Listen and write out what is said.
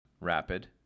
rapid